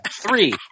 Three